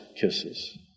kisses